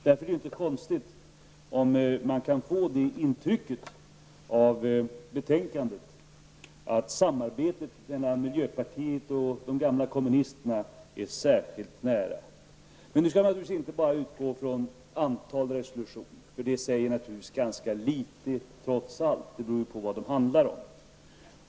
Därför är det inte konstigt att man kan få det intrycket av betänkandet att samarbetet mellan miljöpartiet och de gamla kommunisterna är särskilt nära. Nu skall man naturligtvis inte bara utgå från antalet reservationer, för det säger naturligtvis ganska litet trots allt. Det beror ju på vad de handlar om.